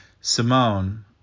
Simone